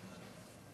להצבעה.